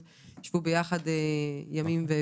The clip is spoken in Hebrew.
להיות סיעודי קורה לפעמים מהרגע להרגע.